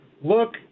look